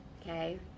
okay